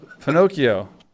Pinocchio